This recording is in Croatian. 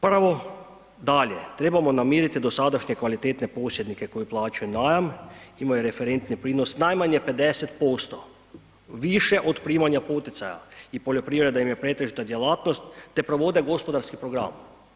Prvo, dalje, trebamo namiriti dosadašnje kvalitetne posjednike koji plaćaju najam, imaju referentni prinos najmanje 50% više od primanja poticaja i poljoprivreda im je pretežita djelatnost, te provode gospodarski program.